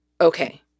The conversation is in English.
Okay